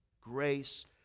grace